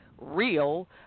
real